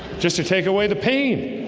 just to take away the pain